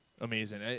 amazing